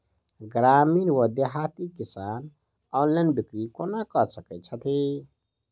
ग्रामीण वा देहाती किसान ऑनलाइन बिक्री कोना कऽ सकै छैथि?